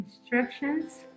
instructions